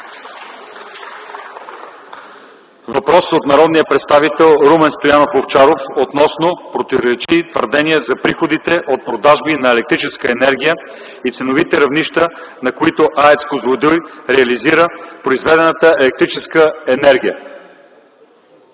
Въпрос от народния представител Румен Стоянов Овчаров относно противоречиви твърдения за приходите от продажби на електрическа енергия и ценовите равнища, на които АЕЦ „Козлодуй” реализира произведената електрическа енергия.